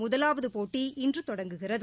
முதலாவது போட்டி இன்று தொடங்குகிறது